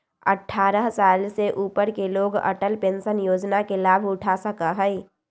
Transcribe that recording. अट्ठारह साल से ऊपर के लोग अटल पेंशन योजना के लाभ उठा सका हई